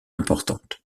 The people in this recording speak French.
importante